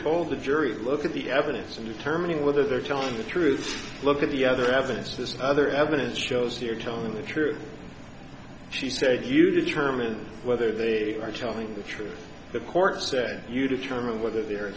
told the jury look at the evidence and determine whether they're telling the truth look at the other evidence this other evidence shows you are telling the truth she said you determine whether they are telling the truth the court said you determine whether they're